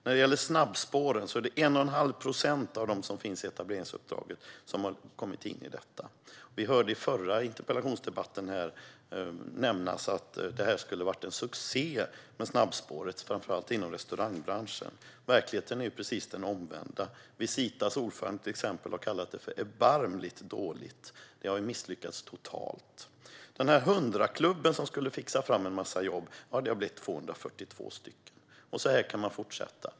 När det gäller snabbspåren är det 1 1⁄2 procent av dem som finns i etableringsuppdraget som har kommit in i detta. Vi hörde nämnas i den förra interpellationsdebatten att snabbspåren skulle ha varit en succé, framför allt inom restaurangbranschen. Verkligheten är dock precis den omvända - Visitas ordförande har till exempel kallat det hela erbarmligt dåligt. Detta har misslyckats totalt. 100-klubben skulle fixa fram en massa jobb, men det har bara blivit 242 stycken. Så här kan man fortsätta.